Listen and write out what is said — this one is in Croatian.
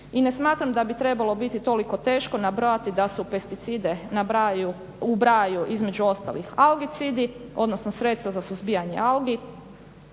i ne smatram da bi trebalo biti toliko teško nabrojati da u pesticide ubrajaju između ostalih algecidi odnosno sredstva za suzbijanje algi,